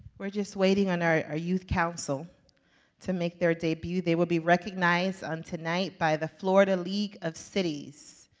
we're just waiting on our youth council to make their debut. they will be recognized on tonight by the florida league of cities,